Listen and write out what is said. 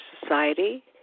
society